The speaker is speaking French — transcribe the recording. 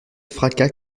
fracas